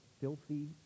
filthy